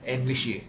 and malaysia